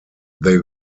they